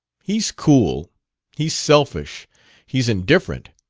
he's cool he's selfish he's indifferent.